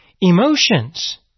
emotions